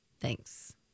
thanks